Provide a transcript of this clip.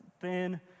thin